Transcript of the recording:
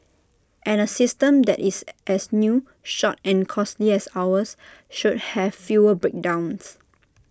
and A system that is as new short and costly as ours should have fewer breakdowns